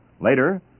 Later